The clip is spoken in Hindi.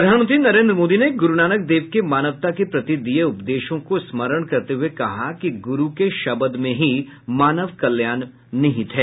प्रधानमंत्री नरेन्द्र मोदी ने गुरूनानक देव के मानवता के प्रति दिये उपदेशों को स्मरण करते हुये कहा कि गुरू के शबद में ही मानव कल्याण निहित है